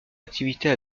activités